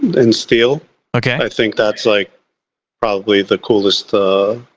in steel okay i think that's like probably the coolest